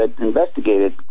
investigated